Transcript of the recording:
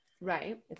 right